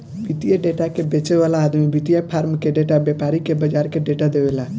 वित्तीय डेटा के बेचे वाला आदमी वित्तीय फार्म के डेटा, व्यापारी के बाजार के डेटा देवेला